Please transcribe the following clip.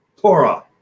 Torah